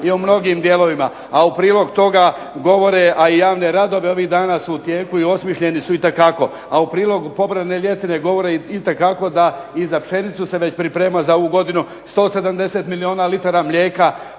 i u mnogim dijelovima, a u prilog toga govore, a i javne radove ovih dana su u tijeku i osmišljeni su itekako. A u prilog pobrane ljetine govore itekako da i za pšenicu se već priprema za ovu godinu 170 milijuna litara mlijeka